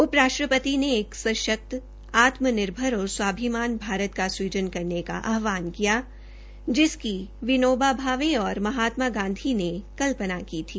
उप राष्ट्रपति ने एक सशक्त आत्म निर्भर और स्वाभिमानी भारत का सज़ून करने का आह्वान किया जिसकी विनोबा भावे और महात्मा गांधी ने कल्पना की थी